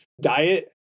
diet